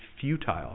futile